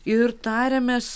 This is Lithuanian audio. ir tariamės